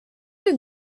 you